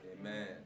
Amen